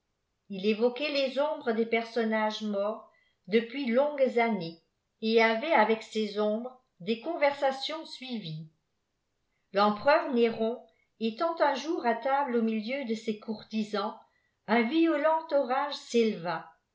il évoquait les ombres des personnages morts depuis longues anpées et avait avec ces ombres des conversations suivies l'empereur néron étant un jour à table au milieu de ses courtisans un violent orage s'élca